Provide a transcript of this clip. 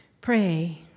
Pray